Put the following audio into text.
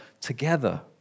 together